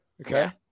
Okay